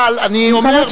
אבל אני אומר,